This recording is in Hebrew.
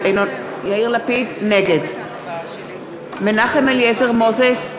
נגד מנחם אליעזר מוזס,